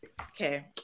okay